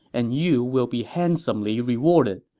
and you will be handsomely rewarded.